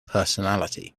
personality